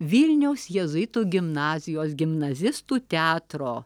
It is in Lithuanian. vilniaus jėzuitų gimnazijos gimnazistų teatro